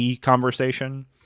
conversation